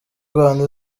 rwanda